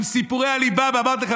עם סיפורי הליבה ואמרתי לכם,